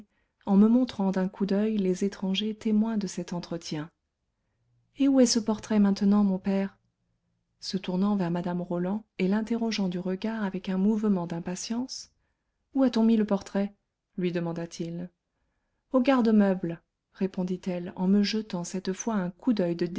en me montrant d'un coup d'oeil les étrangers témoins de cet entretien et où est ce portrait maintenant mon père se tournant vers mme roland et l'interrogeant du regard avec un mouvement d'impatience où a-t-on mis le portrait lui demanda-t-il au garde-meuble répondit-elle en me jetant cette fois un coup d'oeil de